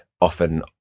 often